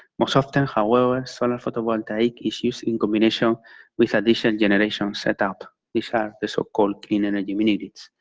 most often, however, solar photovoltaic is used in combination with addition generation set up. these are the so-called clean energy mini-grids.